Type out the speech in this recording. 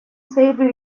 seydiu